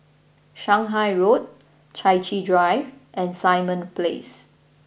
Shanghai Road Chai Chee Drive and Simon Place